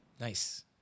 Nice